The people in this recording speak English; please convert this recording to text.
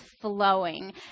flowing